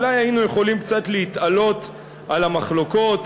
אולי היינו יכולים קצת להתעלות על המחלוקות,